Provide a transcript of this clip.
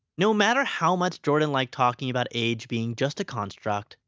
no matter how much jordan liked talking about age being just a construct,